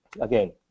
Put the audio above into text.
again